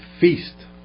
feast